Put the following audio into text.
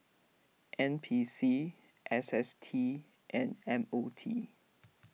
N P C S S T and M O T